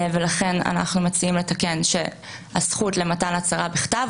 ולכן אנחנו מציעים לתקן שהזכות למתן הצהרה בכתב